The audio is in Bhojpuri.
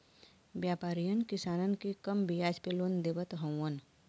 व्यापरीयन किसानन के कम बियाज पे लोन देवत हउवन